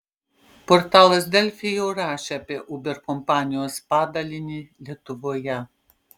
portalas delfi jau rašė apie uber kompanijos padalinį lietuvoje